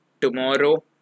tomorrow